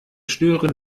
stören